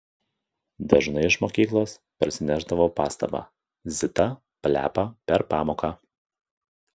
dažnai iš mokyklos parsinešdavau pastabą zita plepa per pamoką